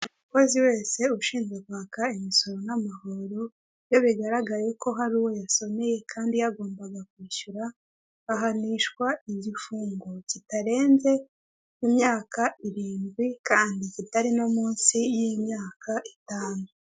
Umukozi wese ushinzwe kwaka imisoro n'amahoro iyo bigaragaye ko hari uwo yasoneye kandi yagombaga kwishyura ahanishwa igifungo kitarenze imyaka irindwi kandi kitari no munsi y'imyaka itanu.